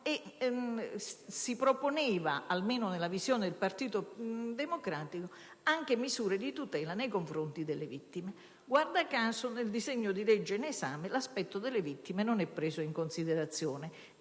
Si proponevano, almeno nella visione del Partito Democratico, anche misure di tutela nei confronti delle vittime. Guarda caso, nel disegno di legge in esame l'aspetto delle vittime non è preso in considerazione.